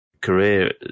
career